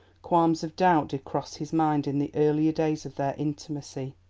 qualms of doubt did cross his mind in the earlier days of their intimacy.